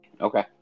Okay